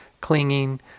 clinging